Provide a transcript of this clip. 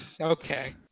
okay